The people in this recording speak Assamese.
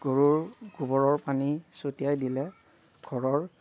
গৰুৰ গোবৰৰ পানী ছটিয়াই দিলে ঘৰৰ